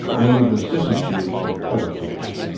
and the vicissitudes of politics.